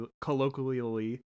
colloquially